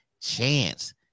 chance